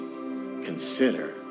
consider